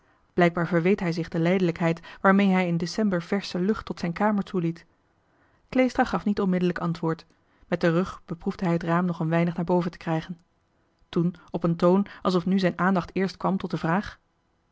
blijkbaar verweet hij zich de lijdelijkheid waarmee hij in december versche lucht tot zijn kamer toeliet kleestra gaf niet onmiddellijk antwoord met den rug beproefde hij het raam nog een weinig naar boven te krijgen toen op een toon alsof nu zijn aandacht eerst kwam tot de vraag